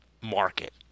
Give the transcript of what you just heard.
market